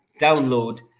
download